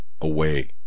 away